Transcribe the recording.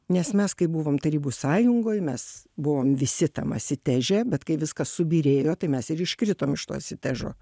nes mes kai buvom tarybų sąjungoj mes buvom visi tam asiteže bet kai viskas subyrėjo tai mes ir iškritom iš to asitežo